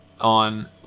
On